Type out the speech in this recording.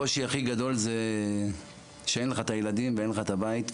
הקושי הכי גדול זה שאין לך הילדים ואין לך הבית,